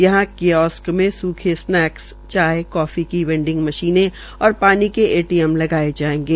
यहा क्योसक में सुखे स्नैक्स चाय काफी की वैडिंग मशीने और पानी के एटीएम लगाये जायेंगे